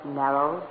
narrow